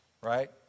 right